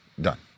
done